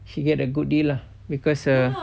she get a good deal lah because err